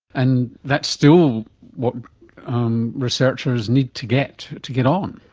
and that's still what um researchers need to get to get on.